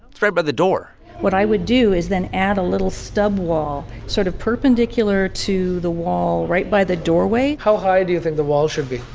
it's right by the door what i would do is then add a little stub wall, sort of perpendicular to the wall right by the doorway how high do you think the wall should be?